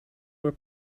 were